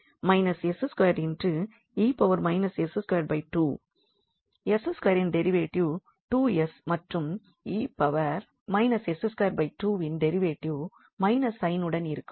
எனவே −𝑠2𝑒−𝑠22 𝑠2 இன் derivative 2s மற்றும் 𝑒−𝑠22இன் டெரிவேட்டிவ் மைனஸ் சைன் உடன் இருக்கும்